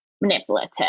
manipulative